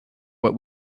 what